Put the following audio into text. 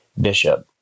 bishop